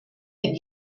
die